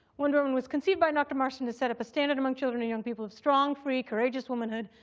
wonder woman was conceived by dr. marston to set up a standard among children and young people of strong, free, courageous womanhood,